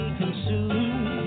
consumed